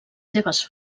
seves